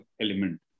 element